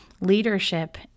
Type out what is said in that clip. leadership